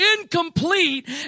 incomplete